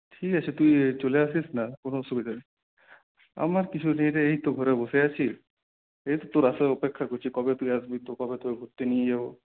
ঠিক আছে তুই চলে আসিস না কোনো অসুবিধা নেই আমার কিছুদিন এই তো ঘরে বসে আছি এইতো তোর আসার অপেক্ষা করছি কবে তুই আসবি কবে তোকে ঘুরতে নিয়ে যাবো